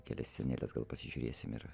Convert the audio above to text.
kelias sceneles gal pasižiūrėsim ir